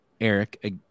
eric